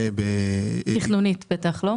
בטח תכנונית.